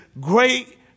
Great